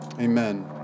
amen